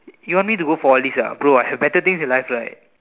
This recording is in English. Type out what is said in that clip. you want me to go for all these ah bro I have better thing in life right